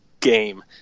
game